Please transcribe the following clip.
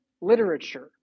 literature